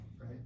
right